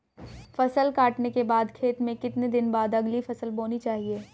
फसल काटने के बाद खेत में कितने दिन बाद अगली फसल बोनी चाहिये?